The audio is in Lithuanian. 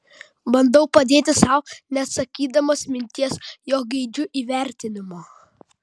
bandau padėti sau neatsisakydamas minties jog geidžiu įvertinimo